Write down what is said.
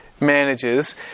manages